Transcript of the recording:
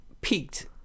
peaked